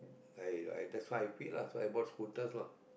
I I that's why I quit lah that's why I bought scooters lah